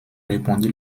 répondit